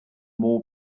more